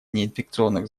неинфекционных